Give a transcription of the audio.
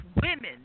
women